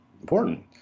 important